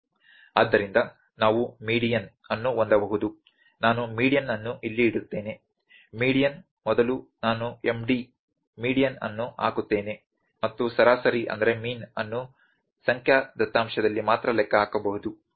ಆದ್ದರಿಂದ ನಾವು ಮೀಡಿಯನ್ ಅನ್ನು ಹೊಂದಬಹುದು ನಾನು ಮೀಡಿಯನ್ ಅನ್ನು ಇಲ್ಲಿ ಇಡುತ್ತೇನೆ ಮೀಡಿಯನ್ ಮೊದಲು ನಾನು Md ಮೀಡಿಯನ್ ಅನ್ನು ಹಾಕುತ್ತೇನೆ ಮತ್ತು ಸರಾಸರಿ ಅನ್ನು ಸಂಖ್ಯಾ ದತ್ತಾಂಶದಲ್ಲಿ ಮಾತ್ರ ಲೆಕ್ಕಹಾಕಬಹುದು